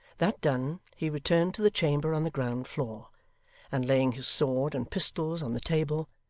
that done, he returned to the chamber on the ground-floor, and laying his sword and pistols on the table,